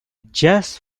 just